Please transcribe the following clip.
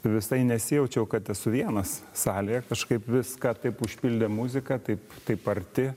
visai nesijaučiau kad esu vienas salėje kažkaip viską taip užpildė muzika taip taip arti